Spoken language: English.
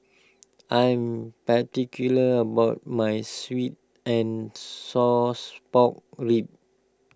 I'm particular about my Sweet and sauce Pork Ribs